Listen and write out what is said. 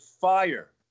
fire